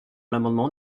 l’amendement